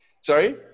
Sorry